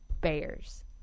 Bears